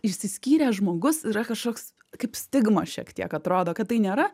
išsiskyręs žmogus yra kažkoks kaip stigma šiek tiek atrodo kad tai nėra